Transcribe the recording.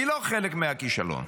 אני לא חלק מהכישלון.